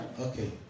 Okay